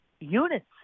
Units